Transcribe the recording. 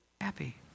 happy